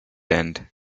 and